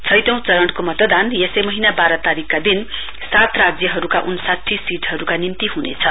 छैटौं चरणको मतदान यसै महीना बाह्र तारीकका दिन सात राज्यहरूका उन्साठी सीटहरूका निम्ति हुनेछ